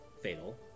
fatal